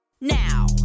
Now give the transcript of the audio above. now